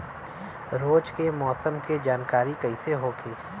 रोज के मौसम के जानकारी कइसे होखि?